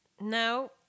No